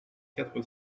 quatre